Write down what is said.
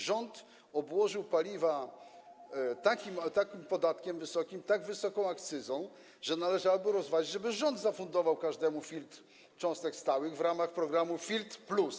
Rząd obłożył paliwa tak wysokim podatkiem, tak wysoką akcyzą, że należałoby rozważyć, żeby rząd zafundował każdemu filtr cząstek stałych w ramach programu filtr+.